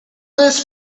this